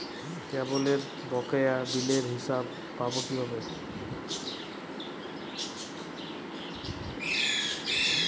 কেবলের বকেয়া বিলের হিসাব পাব কিভাবে?